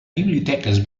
biblioteques